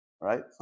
right